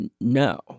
no